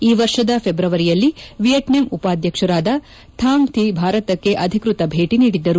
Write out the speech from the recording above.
ಈ ವರ್ಷದ ಫೆಬ್ರವರಿಯಲ್ಲಿ ವಿಯೆಟ್ನಾಂ ಉಪಾಧ್ಯಕ್ಷರಾದ ದಾಂಗ್ ಥಿ ಭಾರತಕ್ಷೆ ಅಧಿಕೃತ ಭೇಟಿ ನೀಡಿದ್ದರು